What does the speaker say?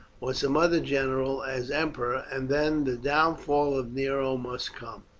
or some other general, as emperor, and then the downfall of nero must come.